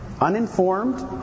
Uninformed